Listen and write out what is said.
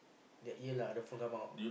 that year lah the phone come out